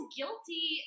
guilty